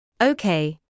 Okay